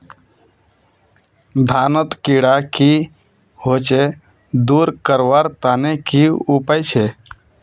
धानोत कीड़ा की होचे दूर करवार तने की उपाय छे?